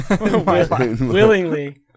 Willingly